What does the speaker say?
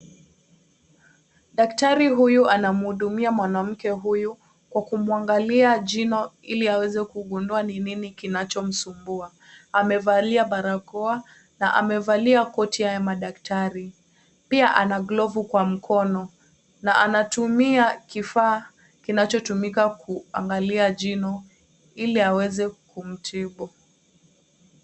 Daktari huyu anamhudumia mwanamke huyu Kwa kumwangalia jino iko aweze kugungua ni nini kinachomsumbua, amevalia barakoa na amevalia koti ya madaktari ,pia ana glovu Kwa mkono na anatumia kifaa kinachotumika kuangalia jino ili aweze kumtibu.